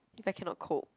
if I cannot cope